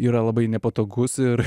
yra labai nepatogus ir